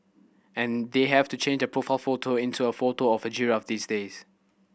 and they have to change their profile photo into a photo of a giraffe these days